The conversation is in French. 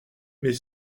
mais